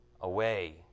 away